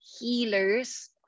healers